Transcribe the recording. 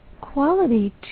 quality